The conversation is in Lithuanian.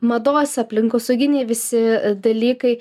mados aplinkosauginiai visi dalykai